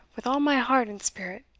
with all my heart and spirit.